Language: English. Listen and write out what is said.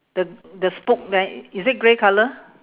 the the spoke there is it grey colour